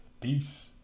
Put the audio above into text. Peace